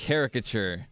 Caricature